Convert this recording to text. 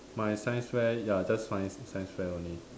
my science fair ya just science science fair only